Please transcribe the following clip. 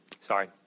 Sorry